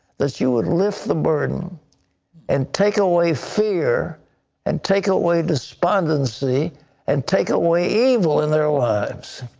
that you would lift the burden and take away fear and take away despondency and take away evil in their lives,